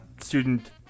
Student